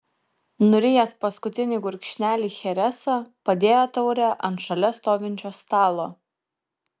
nurijęs paskutinį gurkšnelį chereso padėjo taurę ant šalia stovinčio stalo